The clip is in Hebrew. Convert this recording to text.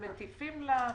מטיפים לה.